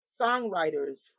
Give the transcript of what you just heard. songwriters